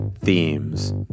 themes